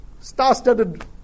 star-studded